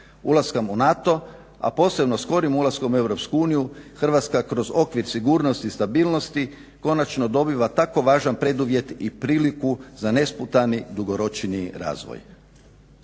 Ulaskom u NATO a posebno skorim ulaskom u EU Hrvatska kroz okvir sigurnosti i stabilnosti konačno dobiva tako važan preduvjet i priliku za nesputani dugoročniji razvoj.